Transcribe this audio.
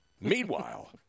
Meanwhile